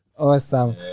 Awesome